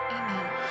amen